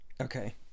Okay